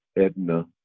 Edna